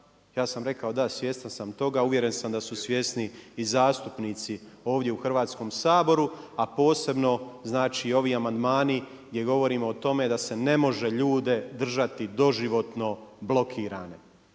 Ja sam rekao da svjestan sam toga, uvjeren sam da su svjesni i zastupnici ovdje u Hrvatskom saboru a posebno znači ovi amandmani gdje govorimo o tome da se ne može ljude držati doživotno blokirane.